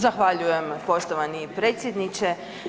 Zahvaljujem poštovani predsjedniče.